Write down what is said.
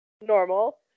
normal